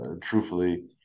truthfully